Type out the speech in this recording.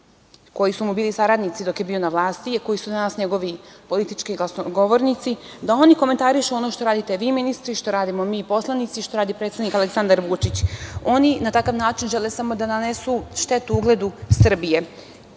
koji su mu bili saradnici dok je bio na vlasti, koji su danas njegovi politički glasnogovornici, da oni komentarišu ono što radite vi, ministri, što radimo mi, poslanici, što radi predsednik Aleksandar Vučić. Oni na takav način žele samo da nanesu štetu ugledu Srbije.